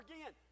again